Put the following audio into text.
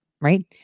right